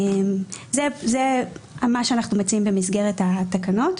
זה מה שאנחנו מציעים במסגרת התקנות.